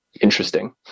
interesting